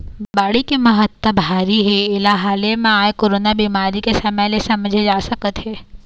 बाड़ी के महत्ता भारी हे एला हाले म आए कोरोना बेमारी के समे ले समझे जा सकत हे